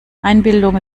einbildung